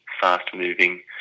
fast-moving